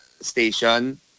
station